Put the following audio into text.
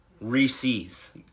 Reese's